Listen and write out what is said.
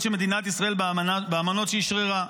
של מדינת ישראל באמנות שהיא אשררה".